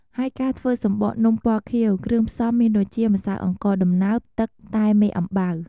ហើយការធ្វើសំបកនំពណ៌ខៀវ គ្រឿងផ្សំមានដូចជា ម្សៅអង្ករដំណើប ទឹក តែមេអំបៅ។